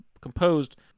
composed